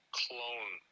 clone